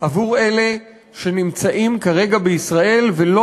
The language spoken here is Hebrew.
עבור אלה שנמצאים כרגע בישראל ולא